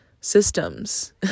systems